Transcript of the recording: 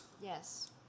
Yes